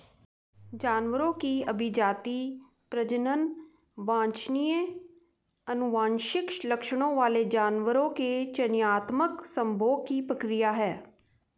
जानवरों की अभिजाती, प्रजनन वांछनीय आनुवंशिक लक्षणों वाले जानवरों के चयनात्मक संभोग की प्रक्रिया है